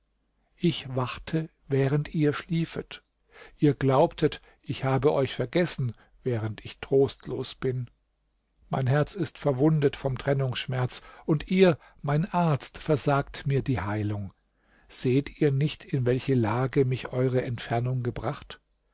ich wachte während ihr schliefet ihr glaubtet ich habe euch vergessen während ich trostlos bin mein herz ist verwundet vom trennungsschmerz und ihr mein arzt versagt mir die heilung seht ihr nicht in welche lage mich eure entfernung gebracht